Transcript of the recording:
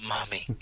Mommy